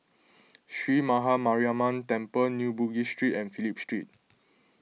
Sree Maha Mariamman Temple New Bugis Street and Phillip Street